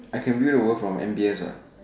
I can view the world from M_B_S what